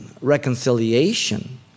reconciliation